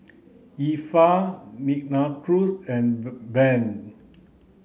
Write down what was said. Effa Nicklaus and Bev